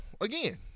again